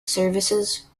services